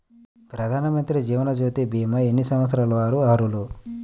ప్రధానమంత్రి జీవనజ్యోతి భీమా ఎన్ని సంవత్సరాల వారు అర్హులు?